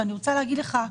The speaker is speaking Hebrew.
ואני רוצה להגיד לך,